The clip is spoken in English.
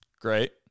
Great